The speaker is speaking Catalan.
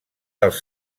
dels